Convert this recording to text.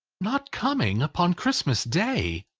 not coming upon christmas day!